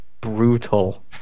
brutal